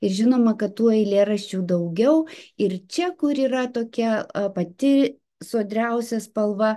žinoma kad tų eilėraščių daugiau ir čia kur yra tokia pati sodriausia spalva